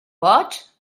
boig